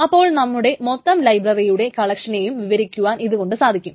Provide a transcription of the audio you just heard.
അപ്പോൾ നമ്മുടെ മൊത്തം ലൈബ്രററിയുടെ കളക്ഷനെയും വിവരിക്കുവാൻ ഇതുകൊണ്ട് സാധിക്കും